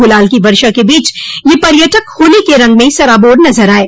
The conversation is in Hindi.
गुलाल की वर्षा के बीच यह पर्यटक होलो के रंग में सराबोर नजर आये